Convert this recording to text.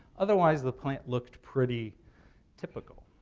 otherwise, the plant looked pretty typical,